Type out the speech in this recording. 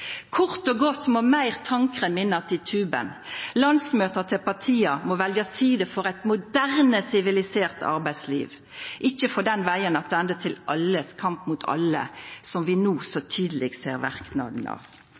Kort og godt må meir tannkrem inn att i tuben. Landsmøta til partia må velja side for eit moderne sivilisert arbeidsliv, ikkje for vegen attende til alles kamp mot alle, som vi no så tydeleg ser verknaden av.